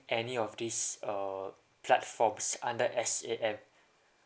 any of these uh platforms under S_A_M